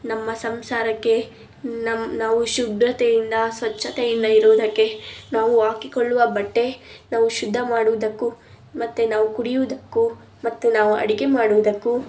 ನಮ್ಮ ಸಂಸಾರಕ್ಕೆ ನಮ್ಮ ನಾವು ಶುಭ್ರತೆಯಿಂದ ಸ್ವಚ್ಛತೆಯಿಂದ ಇರುವುದಕ್ಕೆ ನಾವು ಹಾಕಿಕೊಳ್ಳುವ ಬಟ್ಟೆ ನಾವು ಶುದ್ಧ ಮಾಡುವುದಕ್ಕು ಮತ್ತು ನಾವು ಕುಡಿಯುವುದಕ್ಕು ಮತ್ತು ನಾವು ಅಡಿಗೆ ಮಾಡುವುದಕ್ಕು